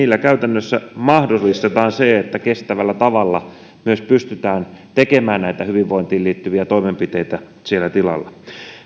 käytännössä mahdollistetaan se että kestävällä tavalla pystytään tekemään näitä hyvinvointiin liittyviä toimenpiteitä siellä tilalla